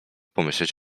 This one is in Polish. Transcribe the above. pomyśleć